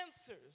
answers